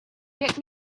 get